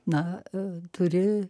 na turi